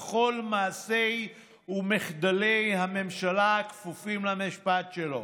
וכל מעשי ומחדלי הממשלה כפופים למשפט שלו